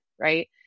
right